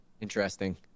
Interesting